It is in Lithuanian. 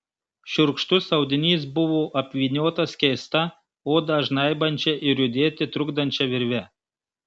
šiurkštus audinys buvo apvyniotas keista odą žnaibančia ir judėti trukdančia virve